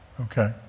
Okay